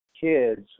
kids